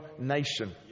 nation